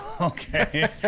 Okay